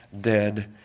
dead